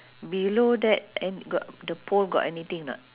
below that an~ got the pole got anything or not